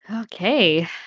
Okay